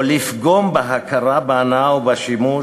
או לפגום בהכרה, בהנאה או בשימוש,